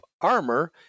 armor